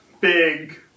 big